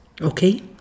Okay